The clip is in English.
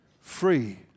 Free